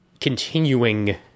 continuing